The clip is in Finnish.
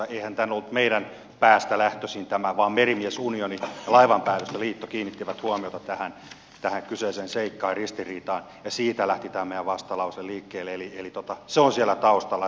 eihän tämä ollut meidän päästämme lähtöisin vaan merimies unioni ja laivanpäällystöliitto kiinnittivät huomiota tähän kyseiseen seikkaan ristiriitaan ja siitä lähti tämä meidän vastalauseemme liikkeelle eli se on siellä taustalla ja se pitää muistaa